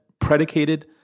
predicated